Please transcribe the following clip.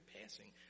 passing